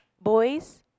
boys